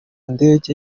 ndege